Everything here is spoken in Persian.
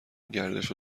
گردش